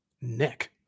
Nick